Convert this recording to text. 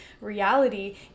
reality